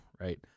right